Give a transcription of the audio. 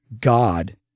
God